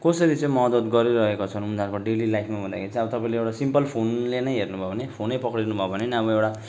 कसरी चाहिँ मदत गरिरहेका छन् उनीहरूको डेली लाइफमा भन्दाखेरि चाहिँ अब तपाईँले एउटा सिम्पल फोनले नै हेर्नु भयो भने फोनै पक्रिनु भयो भने पनि अब एउटा